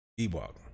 Ewok